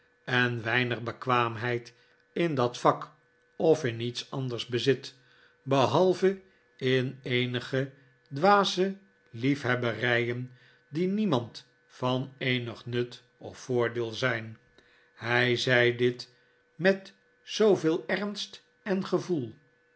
en weinig bekwaamheid in dat vak of in iets anders bezit behalve in eenige dwaze liefhebberijen die niemand van eenig nut of voordeel zijn hij zei dit met zooveel ernst en gevoel